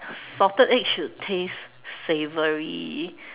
salted egg should taste savory